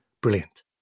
Brilliant